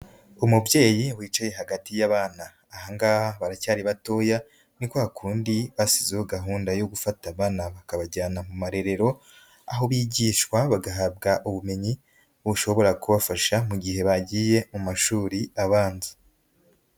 Umubyeyi wicaye hagati y'abana. Aha ngaha baracyari batoya, ni kwa kundi bashyizeho gahunda yo gufata abana bakabajyana mu marerero, aho bigishwa bagahabwa ubumenyi bushobora kubafasha mu gihe bagiye mu mashuri abanza.